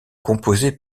composée